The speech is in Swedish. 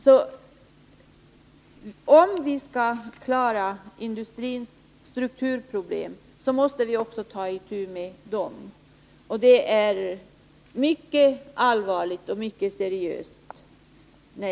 Skall vi klara industrins strukturproblem måste vi också ta itu med dem. Detta mitt uttalande är mycket allvarligt och mycket seriöst.